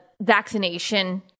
vaccination